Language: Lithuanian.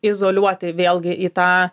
izoliuoti vėlgi į tą